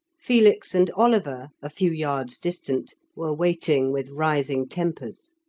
felix and oliver, a few yards distant, were waiting with rising tempers.